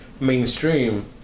mainstream